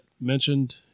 mentioned